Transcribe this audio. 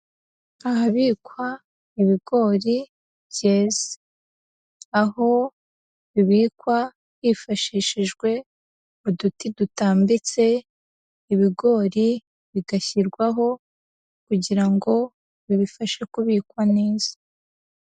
Ahabikwa ibigori byeze, aho bibikwa hifashishijwe uduti dutambitse, ibigori bigashyirwaho kugira ngo bibifashe kubikwa neza.